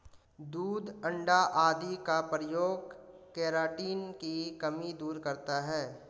दूध अण्डा आदि का प्रयोग केराटिन की कमी दूर करता है